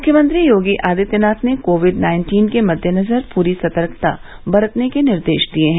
मुख्यमंत्री योगी आदित्यनाथ ने COVID nineteen के मद्देनजर पूरी सतर्कता बरतने के निर्देश दिये हैं